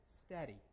steady